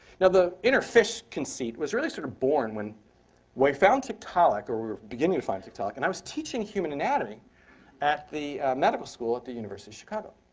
now, the inner fish conceit was really sort of born when we found tiktaalik, or were beginning to find tiktaalik. and i was teaching human anatomy at the medical school at the university of chicago.